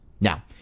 Now